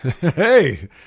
hey